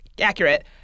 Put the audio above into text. accurate